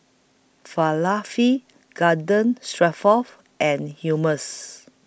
Falafel Garden Stroganoff and Hummus